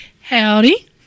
Howdy